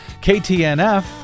KTNF